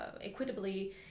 equitably